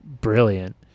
brilliant